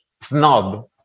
snob